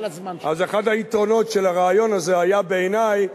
אז אחד היתרונות של הרעיון הזה בעיני היה